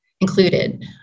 included